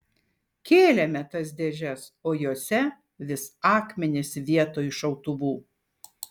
kėlėme tas dėžes o jose vis akmenys vietoj šautuvų